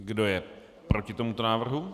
Kdo je proti tomuto návrhu?